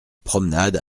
promenade